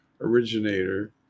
originator